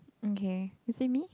okay is it me